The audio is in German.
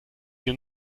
hier